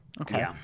Okay